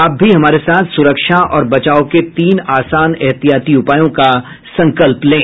आप भी हमारे साथ सुरक्षा और बचाव के तीन आसान एहतियाती उपायों का संकल्प लें